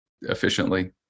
efficiently